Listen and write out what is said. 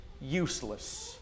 useless